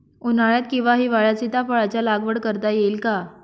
उन्हाळ्यात किंवा हिवाळ्यात सीताफळाच्या लागवड करता येईल का?